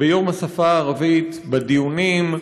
ביום השפה הערבית, בדיונים,